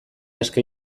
eske